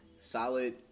Solid